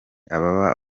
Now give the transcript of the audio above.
ababa